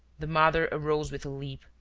the mother arose with a leap,